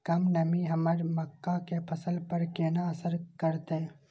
कम नमी हमर मक्का के फसल पर केना असर करतय?